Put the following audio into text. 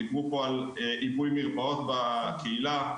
דיברו פה על עיבוי מרפאות בקהילה,